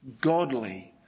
godly